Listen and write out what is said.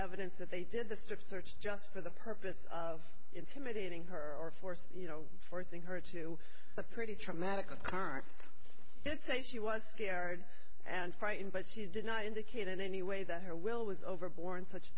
evidence that they did the strip search just for the purpose of intimidating her or force you know forcing her to that's pretty traumatic of carts that say she was scared and frightened but she did not indicate in any way that her will was over born such